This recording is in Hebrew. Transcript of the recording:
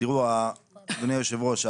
אדוני היושב-ראש,